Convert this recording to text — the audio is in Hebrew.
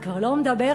אני כבר לא מדברת,